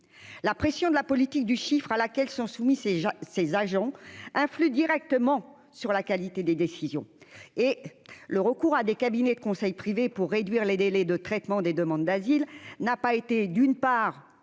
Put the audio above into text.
la pression de la politique du chiffre, à laquelle sont soumis ces gens, ces agents influe directement sur la qualité des décisions et le recours à des cabinets de conseil privés pour réduire les délais de traitement des demandes d'asile n'a pas été d'une part des